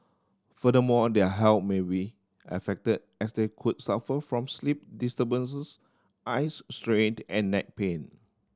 furthermore their health may be affected as they could suffer from sleep disturbances eyes strained and neck pain